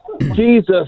Jesus